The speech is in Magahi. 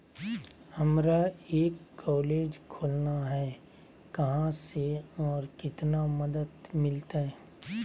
हमरा एक कॉलेज खोलना है, कहा से और कितना मदद मिलतैय?